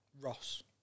Ross